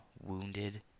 wounded